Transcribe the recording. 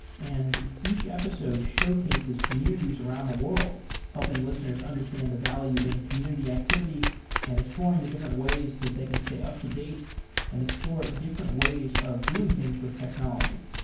and each episode showcases communities around the world helping listeners understand the value in community activity and exploring the different ways that they can stay up-to-date and explore different ways of doing things with technology.